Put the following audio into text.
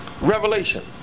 Revelation